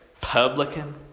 Publican